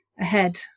ahead